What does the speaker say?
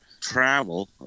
travel